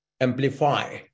amplify